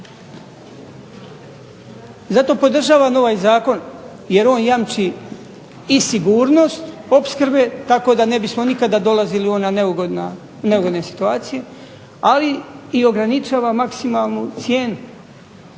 Zato podržavam ovaj zakon jer on jamči i sigurnost opskrbe tako da ne bismo nikada dolazili u one neugodne situacije, ali i ograničava maksimalnu cijenu